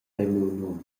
num